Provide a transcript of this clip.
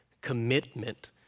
commitment